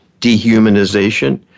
dehumanization